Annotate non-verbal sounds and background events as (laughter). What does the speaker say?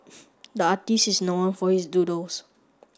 (noise) the artist is known for his doodles